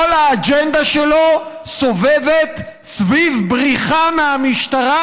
האג'נדה שלו סובבת סביב בריחה מהמשטרה